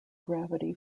gravity